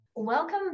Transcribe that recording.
Welcome